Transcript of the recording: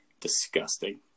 Disgusting